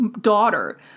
daughter